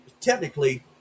technically